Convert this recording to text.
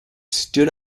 stood